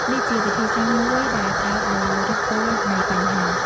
នេះជាវិធីសាស្រ្តមួយដែលផ្តោតលើឫសគល់នៃបញ្ហា។